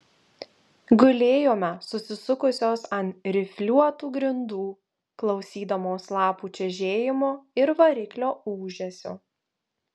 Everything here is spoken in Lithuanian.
gulėjome susisukusios ant rifliuotų grindų klausydamos lapų čežėjimo ir variklio ūžesio